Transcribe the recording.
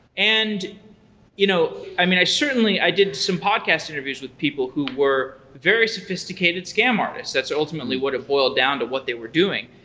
and you know i mean, certainly, i did some podcast interviews with people who were very sophisticated scam artists. that's ultimately what it boil down to what they were doing.